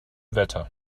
wetter